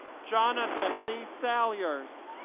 jonathon lee salyers